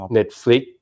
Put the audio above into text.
Netflix